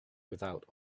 without